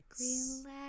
relax